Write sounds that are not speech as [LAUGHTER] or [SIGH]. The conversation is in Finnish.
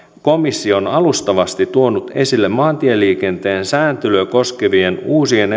on alustavasti tuonut esille maantieliikenteen sääntelyä koskevien uusien [UNINTELLIGIBLE]